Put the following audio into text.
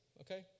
Okay